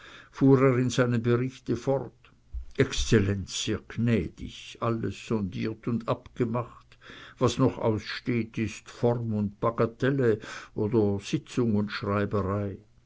in seinem berichte fort exzellenz sehr gnädig alles sondiert und abgemacht was noch aussteht ist form und bagatelle oder sitzung und schreiberei